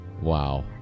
Wow